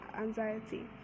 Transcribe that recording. anxiety